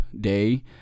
day